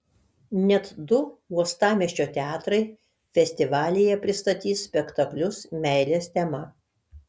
net du uostamiesčio teatrai festivalyje pristatys spektaklius meilės tema